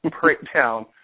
breakdown